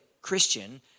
Christian